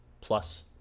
plus